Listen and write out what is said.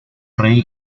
rey